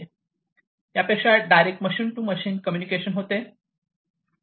यापेक्षा direct machine to machine communication होते